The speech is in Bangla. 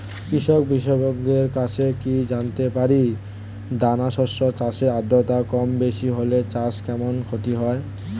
কৃষক বিশেষজ্ঞের কাছে কি জানতে পারি দানা শস্য চাষে আদ্রতা কমবেশি হলে চাষে কেমন ক্ষতি হয়?